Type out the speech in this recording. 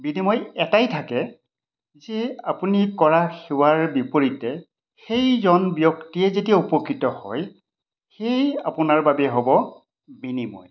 বিনিময় এটাই থাকে যে আপুনি কৰা সেৱাৰ বিপৰীতে সেইজন ব্য়ক্তিয়ে যেতিয়া উপকৃত হয় সেই আপোনাৰ বাবে হ'ব বিনিময়